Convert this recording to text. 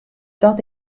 dat